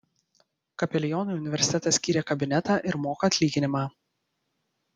kapelionui universitetas skyrė kabinetą ir moka atlyginimą